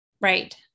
Right